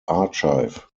archive